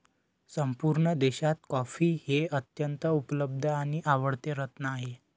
संपूर्ण देशात कॉफी हे अत्यंत उपलब्ध आणि आवडते रत्न आहे